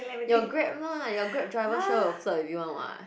you Grab lah your Grab driver sure will flirt with you one what